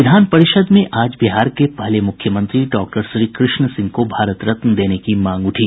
विधान परिषद में आज बिहार के पहले मुख्यमंत्री डॉक्टर श्रीकृष्ण सिंह को भारत रत्न देने की मांग उठी